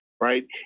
right